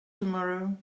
tomorrow